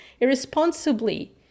irresponsibly